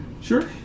Sure